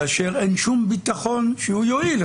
כאשר אין שום ביטחון שהוא יעיל.